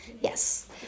Yes